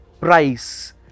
price